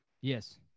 Yes